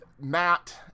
Matt